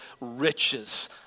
riches